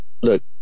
look